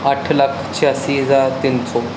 ਅੱਠ ਲੱਖ ਛਿਆਸੀ ਹਜ਼ਾਰ ਤਿੰਨ ਸੌ